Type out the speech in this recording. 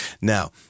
Now